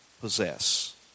possess